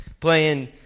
playing